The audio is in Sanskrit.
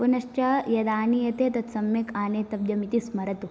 पुनश्च यदानीयते तत् सम्यक् आनेतव्यम् इति स्मरतु